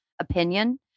opinion